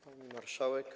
Pani Marszałek!